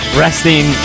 resting